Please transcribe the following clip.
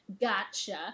gotcha